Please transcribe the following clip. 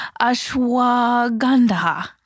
Ashwagandha